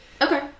Okay